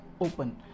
open